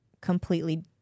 completely